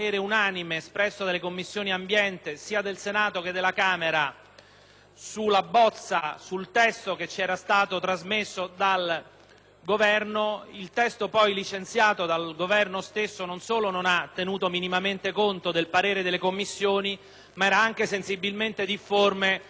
il testo poi licenziato dal Governo stesso non solo non ha tenuto minimamente conto del parere delle Commissioni, ma era anche sensibilmente difforme dal testo che ci era stato presentato per il parere. Attraverso questo emendamento cerchiamo di